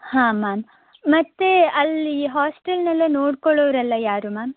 ಹಾಂ ಮ್ಯಾಮ್ ಮತ್ತೆ ಅಲ್ಲಿ ಹಾಸ್ಟೆಲ್ನೆಲ್ಲ ನೋಡ್ಕೊಳ್ಳೋರೆಲ್ಲ ಯಾರು ಮ್ಯಾಮ್